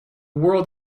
world